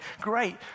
great